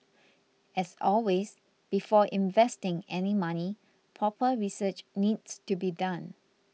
as always before investing any money proper research needs to be done